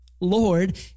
Lord